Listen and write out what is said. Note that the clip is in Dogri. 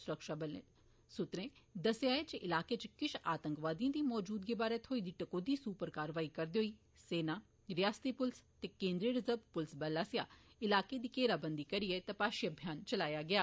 सुरक्षा सूत्रें दस्सेआ जे इलाकें इच किश आतंकवादिए दी मौजूदगी बारै थ्होई दी टकोदी सूह उप्पर कारवाई करदे होई सेना रियासती पुलस ते केन्द्रीय रिजर्ब पुलस बल आस्सेआ इलाकें दी घेराबंदी करिए तपाशी अभियान चलाया गेआ